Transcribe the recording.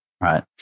right